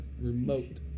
remote